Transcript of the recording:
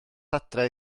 adre